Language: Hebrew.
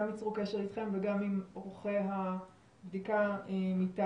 ייצרו קשר איתכם וגם עם עורכי הבדיקה מטעמכם,